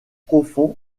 profond